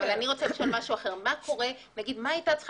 אבל אני רוצה לשאול משהו אחר: מה הייתה צריכה